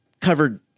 covered